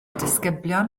disgyblion